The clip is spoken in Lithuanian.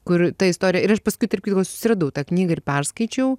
kur ta istorija ir aš paskui tarp kitko susiradau tą knygą ir perskaičiau